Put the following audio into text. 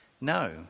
No